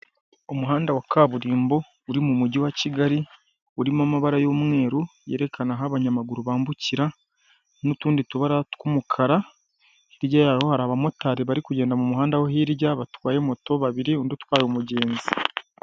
Umuhanda wa kaburimbo uri mu mujyi wa Kigali, urimo amabara y'umweru yerekana aho abanyamaguru bambukira n'utundi tubara tw'umukara, hirya yaho hari abamotari bari kugenda mu muhanda wo hirya batwaye moto babiri undi utwa umugenzi.